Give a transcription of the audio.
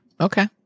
Okay